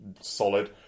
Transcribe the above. solid